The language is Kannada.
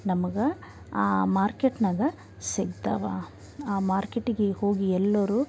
ನಮ್ಗೆ ಆ ಮಾರ್ಕೆಟ್ನಾಗ ಸಿಗ್ತಾವೆ ಆ ಮಾರ್ಕೆಟ್ಗೆ ಹೋಗಿ ಎಲ್ಲರೂ